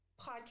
podcast